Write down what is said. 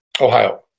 Ohio